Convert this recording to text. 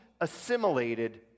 assimilated